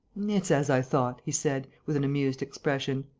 it's as i thought, he said, with an amused expression.